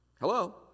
Hello